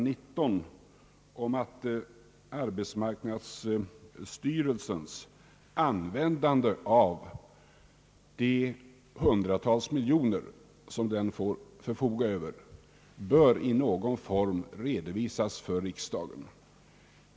19 om att arbetsmarknadsstyrelsens använ dande av de hundratals miljoner, som den får förfoga över, i någon form bör redovisas för riksdagen.